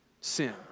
sin